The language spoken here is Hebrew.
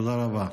תודה רבה.